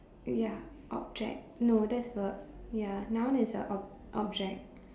ya object no that's verb ya noun is a ob~ object